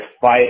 fight